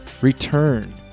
return